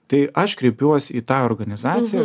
tai aš kreipiuosi į tą organizaciją